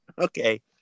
Okay